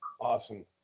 Awesome